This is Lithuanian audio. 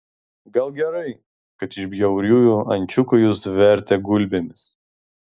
gal gerai kad iš bjauriųjų ančiukų jus vertė gulbėmis